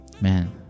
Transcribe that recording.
Man